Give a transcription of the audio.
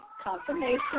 confirmation